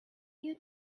you